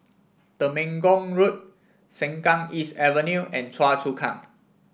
Temenggong Road Sengkang East Avenue and Choa Chu Kang